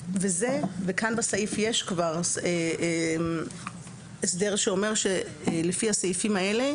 כאן בסעיף יש כבר הסדר שאומר שלפי הסעיפים האלה